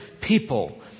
people